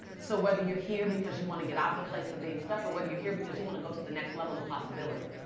so whether you're here because you want to get out of a place of being stuck or whether you're here because you want to go to the next level of possibility,